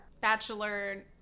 Bachelor